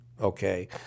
Okay